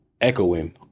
echoing